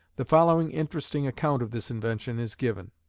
the following interesting account of this invention is given